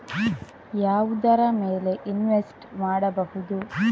ಯಾವುದರ ಮೇಲೆ ಇನ್ವೆಸ್ಟ್ ಮಾಡಬಹುದು?